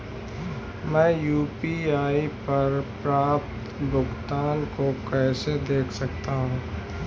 मैं यू.पी.आई पर प्राप्त भुगतान को कैसे देख सकता हूं?